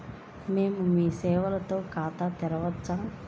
మేము మీ సేవలో ఖాతా తెరవవచ్చా?